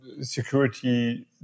security